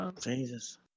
Jesus